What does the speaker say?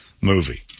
movie